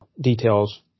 details